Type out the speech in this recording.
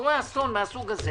כשקורה אסון מהסוג הזה